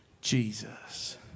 Jesus